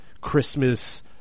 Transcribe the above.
Christmas